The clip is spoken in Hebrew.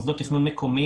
במוסדות תכנון מקומיים,